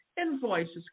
Invoices